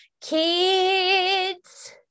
kids